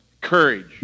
courage